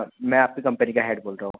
मैं आपकी कम्पनी का हेड बोल रहा हूँ